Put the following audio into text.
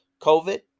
COVID